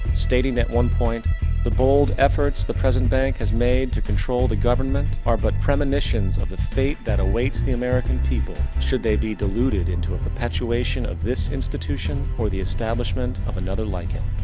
stating that one point the bold efforts the present bank has made to control the government. are but premonitions of the fate that awaits the american people should they be deluded into a perpetuation of this institution or, the establishment of another like it.